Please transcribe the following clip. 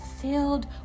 filled